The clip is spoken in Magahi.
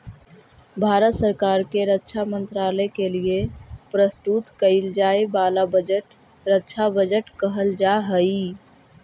भारत सरकार के रक्षा मंत्रालय के लिए प्रस्तुत कईल जाए वाला बजट रक्षा बजट कहल जा हई